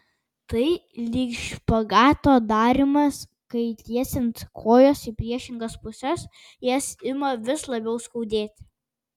tai lyg špagato darymas kai tiesiant kojas į priešingas puses jas ima vis labiau skaudėti